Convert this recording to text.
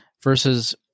versus